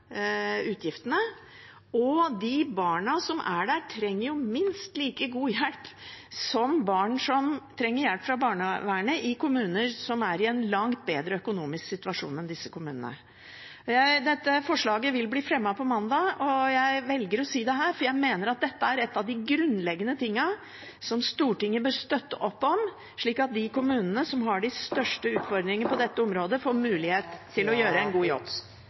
utgiftene, og de barna som er der, trenger minst like god hjelp som barn som trenger hjelp fra barnevernet i kommuner som er i en langt bedre økonomisk situasjon enn disse kommunene. Dette forslaget vil bli fremmet på mandag, og jeg velger å si det her, for jeg mener at dette er en av de grunnleggende tingene som Stortinget bør støtte opp om, slik at de kommunene som har de største utfordringene på dette området, får mulighet til å gjøre en god